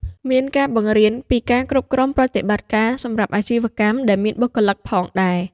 មានការបង្រៀនពីការគ្រប់គ្រងប្រតិបត្តិការ សម្រាប់អាជីវកម្មដែលមានបុគ្គលិកផងដែរ។